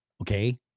okay